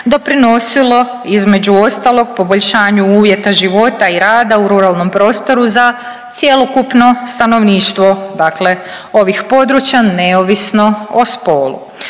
doprinosilo između ostalog poboljšanju uvjeta života i rada u ruralnom prostoru za cjelokupno stanovništvo, dakle ovih područja neovisno o spolu.